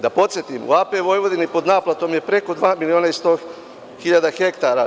Da podsetim, u AP Vojvodini pod naplatom je preko dva miliona i 100 hiljada hektara.